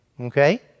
okay